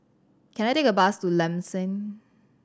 can I take a bus to Lam San